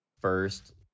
first